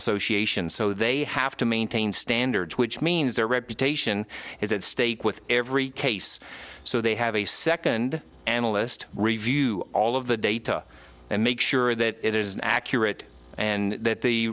association so they have to maintain standards which means their reputation is at stake with every case so they have a second analyst review all of the data and make sure that it is accurate and that the